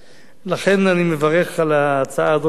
אני מברך על ההצעה הזאת של השר,